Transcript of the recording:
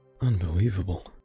Unbelievable